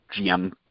GM